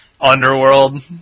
Underworld